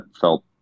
felt